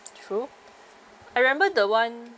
true I remember the [one]